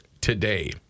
today